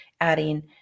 adding